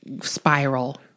spiral